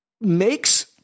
makes